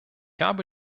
habe